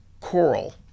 Coral